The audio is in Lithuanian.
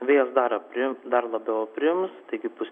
vėjas dar aprim dar labiau aprims taigi pūs